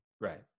Right